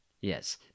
yes